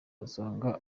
basanga